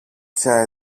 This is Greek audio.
πια